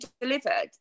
delivered